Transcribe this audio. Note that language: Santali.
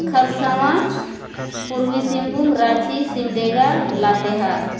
ᱠᱷᱟᱨᱥᱚᱶᱟ ᱯᱩᱨᱵᱤ ᱥᱤᱝᱵᱷᱩᱢ ᱨᱟᱺᱪᱤ ᱥᱤᱢᱰᱮᱸᱜᱟ ᱞᱟᱛᱮᱦᱟᱨ